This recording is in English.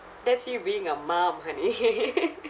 that's you being a mum honey